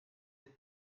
êtes